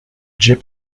jip